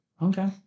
Okay